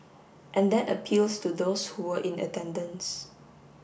and that appeals to those who were in attendance